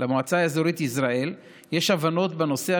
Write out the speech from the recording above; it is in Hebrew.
למועצה האזורית יזרעאל יש הבנות בנושא,